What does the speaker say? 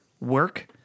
work